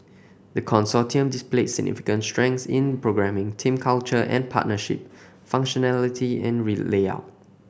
the Consortium displayed significant strengths in programming team culture and partnership functionality and we layout